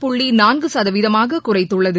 புள்ளி நான்கு சதவீதமாக குறைத்துள்ளது